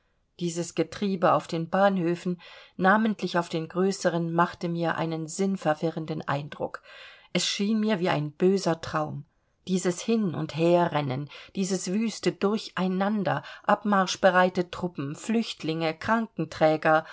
dieses getriebe auf den bahnhöfen namentlich auf den größeren machte mir einen sinnverwirrenden eindruck es schien mir wie ein böser traum dieses hin und herrennen dieses wüste durcheinander abmarschbereite truppen flüchtlinge